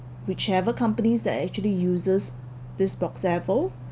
whichever companies that actually uses this box level